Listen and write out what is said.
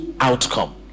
Outcome